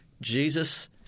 Jesus